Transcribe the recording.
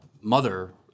mother